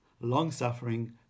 long-suffering